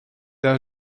d’un